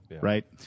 right